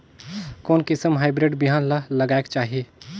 कोन किसम हाईब्रिड बिहान ला लगायेक चाही?